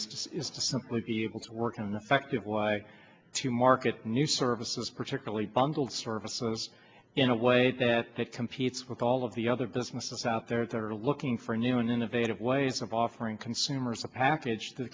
to simply be able to work on the fact of why to market new services particularly bundled services in a way that that competes with all of the other businesses out there that are looking for new and innovative ways of offering consumers a package th